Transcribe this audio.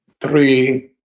Three